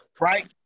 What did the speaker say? right